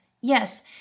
Yes